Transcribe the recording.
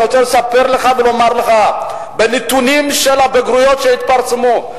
אני רוצה לספר לך ולומר לך שבנתונים של הבגרויות שהתפרסמו,